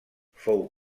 fou